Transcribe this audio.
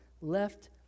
left